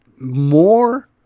more